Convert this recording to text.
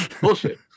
Bullshit